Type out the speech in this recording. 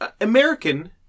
American